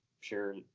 sure